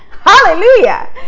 Hallelujah